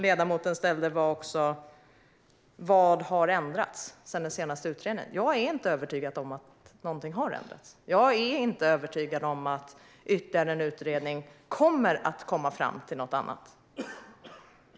Ledamoten frågade också vad som har ändrats sedan den senaste utredningen. Jag är inte övertygad om att någonting har ändrats. Jag är inte övertygad om att ytterligare en utredning kommer att komma fram till någon annat.